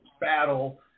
battle